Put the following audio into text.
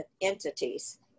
entities